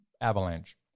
avalanche